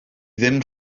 ddim